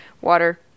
Water